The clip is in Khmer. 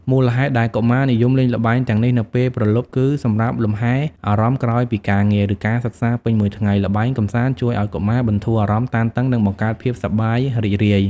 មូលហេតុដែលកុមារនិយមលេងល្បែងទាំងនេះនៅពេលព្រលប់គឺសម្រាប់លំហែអារម្មណ៍ក្រោយពីការងារ ឬការសិក្សាពេញមួយថ្ងៃ ល្បែងកម្សាន្តជួយឱ្យកុមារបន្ធូរអារម្មណ៍តានតឹង និងបង្កើតភាពសប្បាយរីករាយ ។